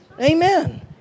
Amen